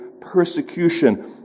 persecution